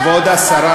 כשהוא כבר שם,